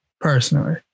personally